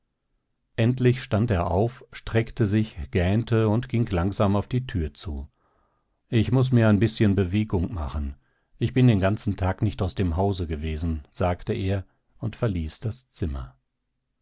endlich stand er auf streckte sich gähnte und ging langsam auf die tür zu ich muß mir ein bißchen bewegung machen ich bin den ganzen tag nicht aus dem hause gewesen sagte er und verließ das zimmer